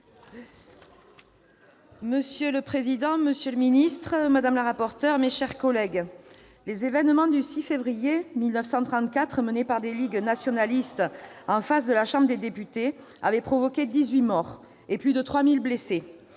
Monsieur le président, monsieur le secrétaire d'État, madame la rapporteur, mes chers collègues, les événements du 6 février 1934 provoqués par des ligues nationalistes en face de la Chambre des députés, s'étaient soldés par 18 morts et plus de 3 000 blessés,